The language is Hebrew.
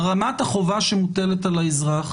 רמת החובה שמוטלת על האזרח,